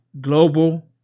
global